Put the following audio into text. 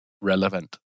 relevant